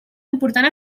important